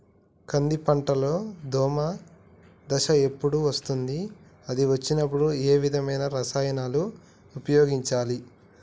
కంది పంటలో దోమ దశ ఎప్పుడు వస్తుంది అది వచ్చినప్పుడు ఏ విధమైన రసాయనాలు ఉపయోగించాలి?